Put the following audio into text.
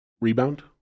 rebound